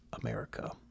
America